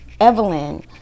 Evelyn